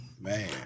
Man